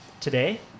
today